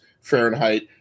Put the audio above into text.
Fahrenheit